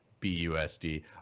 BUSD